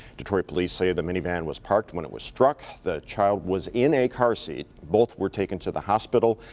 detroit police say the minivan was parked when it was struck. the child was in a car seat. both were taken to the hospital.